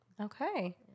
Okay